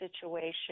situation